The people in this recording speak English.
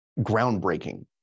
groundbreaking